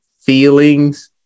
feelings